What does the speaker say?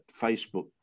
Facebook